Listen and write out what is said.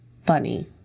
funny